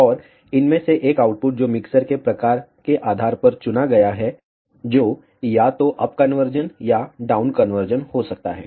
और इनमें से एक आउटपुट जो मिक्सर के प्रकार के आधार पर चुना गया है जो या तो अप कन्वर्जन या डाउन कन्वर्जन हो सकता है